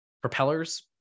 Propellers